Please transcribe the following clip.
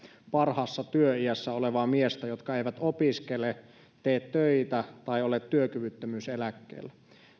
parhaassa työiässä olevaa miestä jotka eivät opiskele tee töitä tai ole työkyvyttömyyseläkkeellä